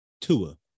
Tua